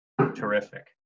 Terrific